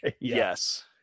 yes